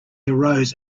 arose